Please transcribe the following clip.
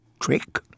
trick